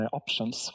options